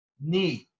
need